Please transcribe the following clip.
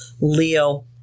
Leo